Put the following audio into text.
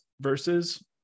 versus